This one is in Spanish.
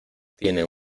tienen